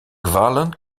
kwallen